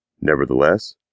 Nevertheless